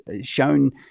shown